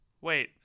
wait